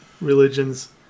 religions